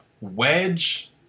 Wedge